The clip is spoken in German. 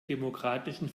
demokratischen